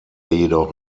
jedoch